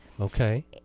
okay